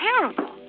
terrible